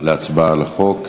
להצבעה על החוק.